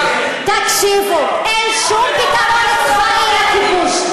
תקשיבו, אין שום פתרון, סיום הכיבוש.